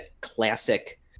classic